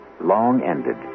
long-ended